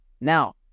Now